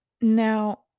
Now